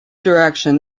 direction